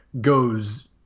Goes